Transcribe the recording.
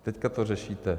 Teďka to řešíte.